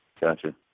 Gotcha